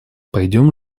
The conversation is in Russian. пойдем